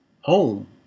home